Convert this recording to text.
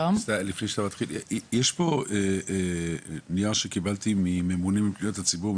לפני שאתה מתחיל יש פה נייר שקיבלתי מממונים על פניות הציבור,